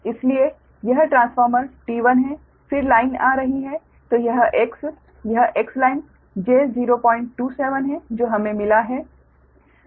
इसलिए यह transformer T1 है फिर लाइन आ रही है तो यह X यह Xline j027 है जो हमें मिला है